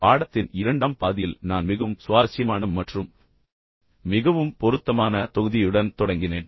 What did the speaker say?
பாடத்தின் இரண்டாம் பாதியில் நான் உண்மையில் மிகவும் சுவாரஸ்யமான மற்றும் மிகவும் பொருத்தமான தொகுதியுடன் தொடங்கினேன்